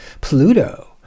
Pluto